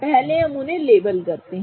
पहले हम उन्हें लेबल करते हैं